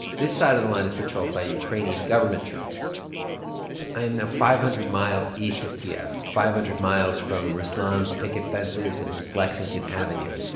this side of the line is patrolled by ukrainian government troops i am now five hundred miles east of kiev, five hundred miles from ruslan's picket fences and his lexington avenue.